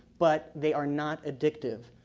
but they are not addictive.